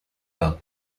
par